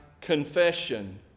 confession